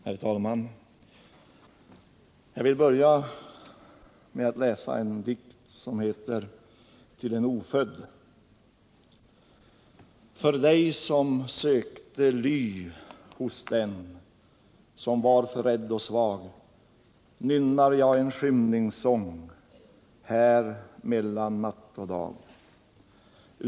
Herr talman! Jag vill börja med att läsa en dikt, som heter Till en ofödd: För dig som sökte ly hos den som var för rädd och svag nynnar jag en skymningssång här mellan natt och dag!